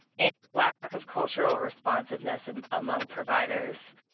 and lack of cultural responsiveness um among providers.